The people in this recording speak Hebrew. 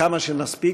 כמה שנספיק,